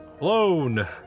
alone